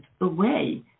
away